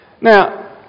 Now